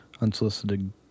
unsolicited